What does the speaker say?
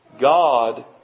God